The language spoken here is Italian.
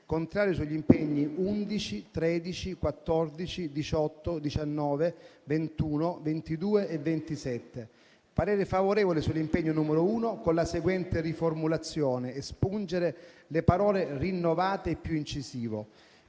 e sugli impegni 11, 13, 14, 18, 19, 21, 22 e 27. Esprimo parere favorevole sull'impegno n. 1, con la seguente riformulazione: espungere le parole «rinnovato e più incisivo».